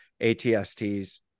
ATSTS